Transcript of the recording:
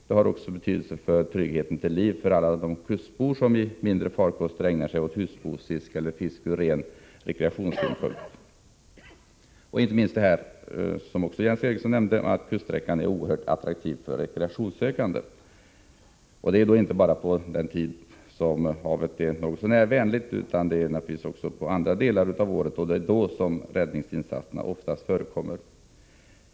Den har också betydelse för tryggheten till liv för alla de kustbor som i mindre farkoster ägnar sig åt husbehovsfiske eller fiske som ren rekreation. Kuststräckan är ju, som också Jens Eriksson nämnde, oerhört attraktiv för rekreationssökande människor. Det gäller inte bara under den tid då havet är något så när vänligt utan också under andra delar av året, och det är då som räddningsinsatserna oftast förekommer.